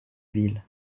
ville